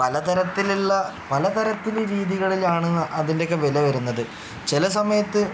പലതരത്തിലുള്ള പലതരത്തിൽ രീതികളിലാണ് അതിൻ്റെ ഒക്കെ വില വരുന്നത് ചില സമയത്ത്